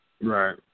Right